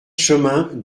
chemin